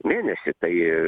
mėnesį tai